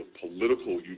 political